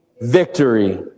victory